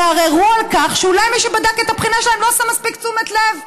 יערערו על כך שאולי מי שבדק את הבחינה שלהם לא עשה זאת במספיק תשומת לב?